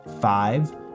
Five